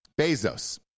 Bezos